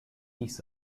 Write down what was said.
dies